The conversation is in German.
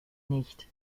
nicht